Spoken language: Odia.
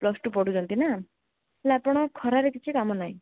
ପ୍ଲସ ଟୁ ପଢ଼ୁଛନ୍ତି ନା ତା'ହେଲେ ଆପଣ ଖରାରେ କିଛି କାମ ନାହିଁ